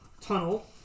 tunnel